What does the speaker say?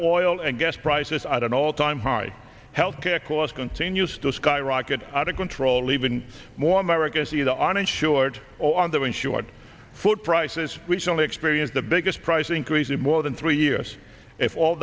oil and gas prices are at an all time high health care costs continues to skyrocket out of control even more america see the uninsured or underinsured food prices which only experience the biggest price increase in more than three years if all